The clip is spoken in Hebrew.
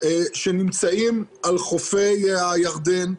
שנמצאים על חופי הירדן,